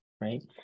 Right